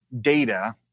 data